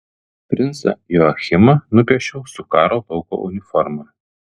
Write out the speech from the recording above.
princą joachimą nupiešiau su karo lauko uniforma